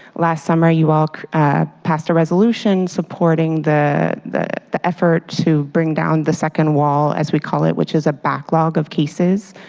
last summer you all passed a resolution supporting the the effort to bring down the second wall as we call it, which is a backlog of cases.